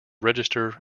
register